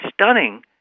stunning